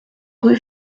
rue